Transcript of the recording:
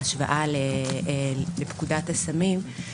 ההשוואה לפקודת הסמים,